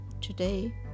today